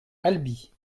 albi